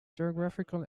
geographical